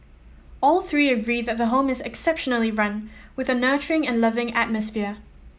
all three agree that the home is exceptionally run with a nurturing and loving atmosphere